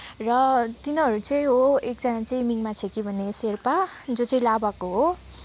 र तिनीहरू चाहिँ हो एकजना चाहिँ मिङ्मा छेकी भन्ने शेर्पा जो चाहिँ लाभाको हो